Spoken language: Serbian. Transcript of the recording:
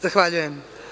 Zahvaljujem.